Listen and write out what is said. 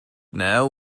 now